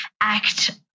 act